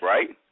Right